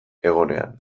egonean